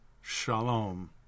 shalom